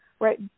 right